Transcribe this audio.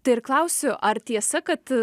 tai ir klausiu ar tiesa kad